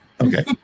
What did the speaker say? Okay